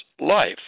life